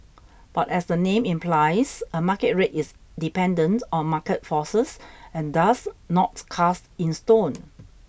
but as the name implies a market rate is dependent on market forces and thus not cast in stone